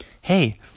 hey